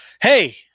hey